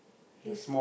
he's